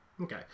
Okay